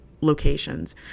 locations